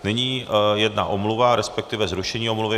Nyní jedna omluva, resp. zrušení omluvy.